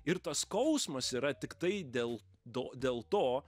ir tas skausmas yra tiktai dėl do dėl to